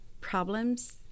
problems